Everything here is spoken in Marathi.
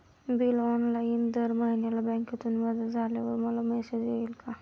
बिल ऑनलाइन दर महिन्याला बँकेतून वजा झाल्यावर मला मेसेज येईल का?